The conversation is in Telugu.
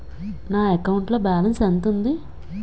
నా అకౌంట్ లో బాలన్స్ ఎంత ఉంది?